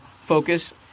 focus